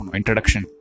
introduction